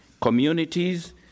communities